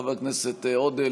חבר הכנסת עודה,